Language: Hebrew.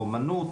אמנות,